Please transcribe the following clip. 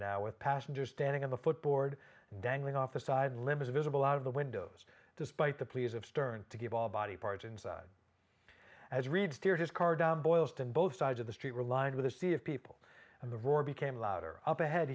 now with passengers standing on the foot board dangling off the side limits visible out of the windows despite the pleas of stern to give all body parts inside as reed steered his car down boylston both sides of the street were lined with a sea of people and the roar became louder up ahead